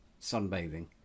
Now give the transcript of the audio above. sunbathing